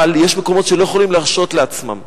אבל יש מקומות שלא יכולים להרשות לעצמם.